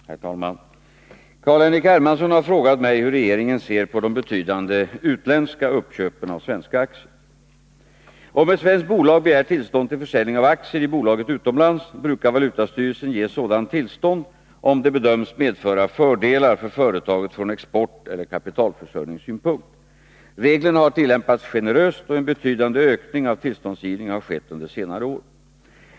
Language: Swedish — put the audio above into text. Herr talman! Carl-Henrik Hermansson har frågat mig hur regeringen ser på de betydande utländska uppköpen av svenska aktier. Om ett svenskt bolag begär tillstånd till försäljning av aktier i bolaget utomlands brukar valutastyrelsen ge sådant tillstånd, om det bedöms medföra fördelar för företaget från exporteller kapitalförsörjningssynpunkt. Reglerna har tillämpats generöst, och en betydande ökning av tillståndsgivningen har skett under senare år.